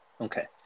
Okay